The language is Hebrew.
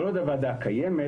כל עוד הוועדה קיימת,